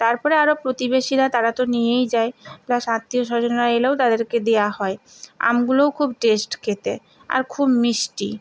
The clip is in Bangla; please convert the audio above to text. তার পরে আরও প্রতিবেশীরা তারা তো নিয়েই যায় প্লাস আত্মীয়স্বজনরা এলেও তাদেরকে দেওয়া হয় আমগুলোও খুব টেস্ট খেতে আর খুব মিষ্টি